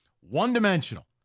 one-dimensional